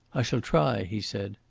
i shall try, he said.